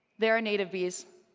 there are native bees.